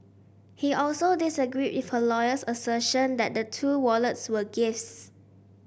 he also disagreed with her lawyer's assertion that the two wallets were gifts